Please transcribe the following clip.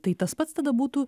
tai tas pats tada būtų